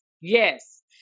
yes